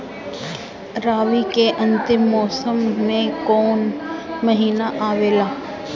रवी के अंतिम मौसम में कौन महीना आवेला?